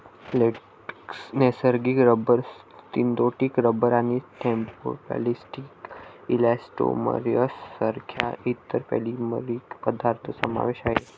latex, नैसर्गिक rubber, synthetic rubber आणि thermoplastic elastomers सारख्या इतर पॉलिमरिक पदार्थ समावेश आहे